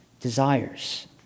desires